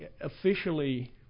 officially